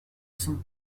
son